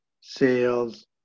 sales